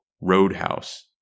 Roadhouse